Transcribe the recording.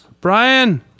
Brian